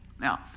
Now